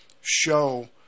show